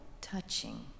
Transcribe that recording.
touching